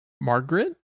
Margaret